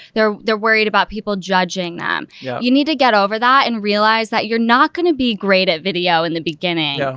they're, they're worried about people judging them. yeah you need to get over that and realize that you're not going to be great at video in the beginning. yeah.